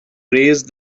raise